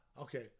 Okay